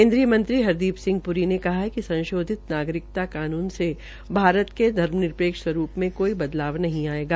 केन्द्रीय मंत्री हरदीप सिंह प्री ने कहा कि संशोधन नागरिकता कानून से भारत के धर्म निरपेक्ष रूवस्प में कोई बदलाव नहीं आयेगा